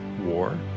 war